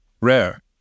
rare